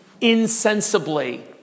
insensibly